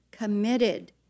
committed